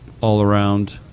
all-around